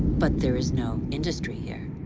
but there is no industry here.